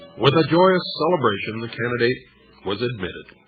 with a joyous celebration the candidate was admitted